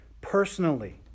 personally